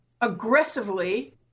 aggressively